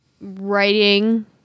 writing